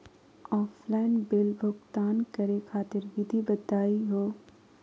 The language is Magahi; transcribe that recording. ऑफलाइन बिल भुगतान करे खातिर विधि बताही हो?